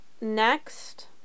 next